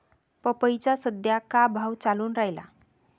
पपईचा सद्या का भाव चालून रायला?